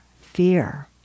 Fear